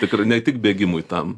tikr ne tik bėgimui tam